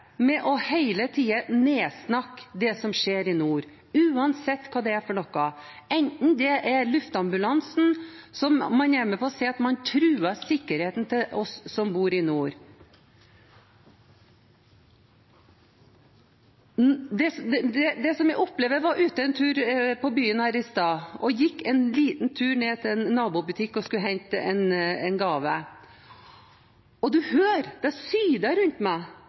med hele tiden å snakke ned det som skjer i nord, uansett hva det er for noe, f.eks. luftambulansen, som man er med på å si truer sikkerheten til oss som bor i nord? Jeg var ute en tur på byen i stad, jeg gikk en liten tur ned til en nabobutikk og skulle hente en gave. Det sydet rundt meg